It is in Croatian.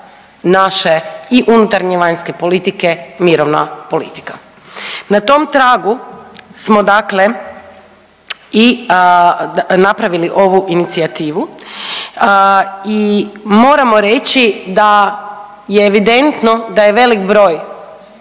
naše i unutarnje i vanjske politike mirovna politika. Na tom tragu smo dakle i napravili ovu inicijativu i moramo reći da je evidentno da je velik broj